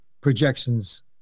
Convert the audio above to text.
projections